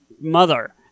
mother